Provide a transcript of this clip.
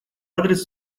адрес